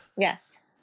Yes